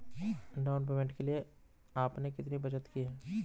Down payment के लिए आपने कितनी बचत की है?